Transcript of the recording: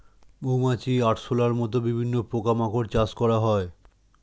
মৌমাছি, আরশোলার মত বিভিন্ন পোকা মাকড় চাষ করা হয়